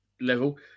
level